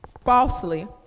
falsely